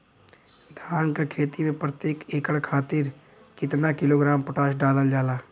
धान क खेती में प्रत्येक एकड़ खातिर कितना किलोग्राम पोटाश डालल जाला?